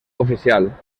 oficial